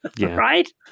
Right